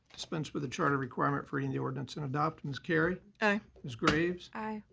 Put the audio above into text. dispense with the charter requirement for reading the ordinance and adopt. ms. carry. aye. ms. graves. aye.